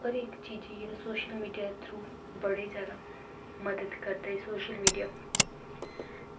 हर इक चीज़ अगर सोशल मीडिया दे थ्रू बड़ी जादा मदद करदे सोशल मीडिया